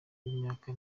w’imyaka